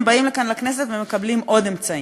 הם באים לכאן לכנסת ומקבלים עוד אמצעים,